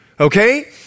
Okay